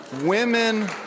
women